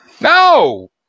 No